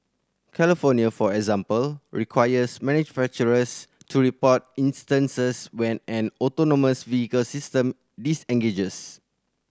California for example requires manufacturers to report instances when an autonomous vehicle system disengages